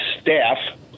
staff